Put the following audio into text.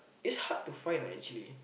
it's hard to find lah actually